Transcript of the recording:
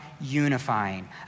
unifying